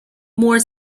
more